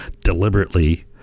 deliberately